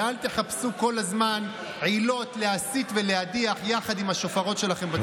ואל תחפשו כל הזמן עילות להסית ולהדיח יחד עם השופרות שלכם בתקשורת.